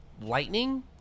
lightning